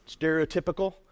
Stereotypical